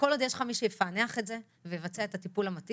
כל עוד יש לך מי שיפענח את זה ויבצע את הטיפול המתאים,